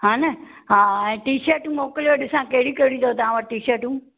हा न हा हा ऐं टिशट मोकिलियो ॾिसां कहिड़ियूं कहिड़ियूं अथव तव्हां वटि टिशटूं